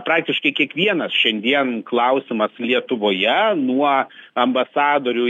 praktiškai kiekvienas šiandien klausimas lietuvoje nuo ambasadorių